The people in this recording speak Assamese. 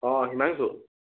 অ' হিমাংশু